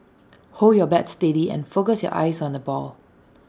hold your bat steady and focus your eyes on the ball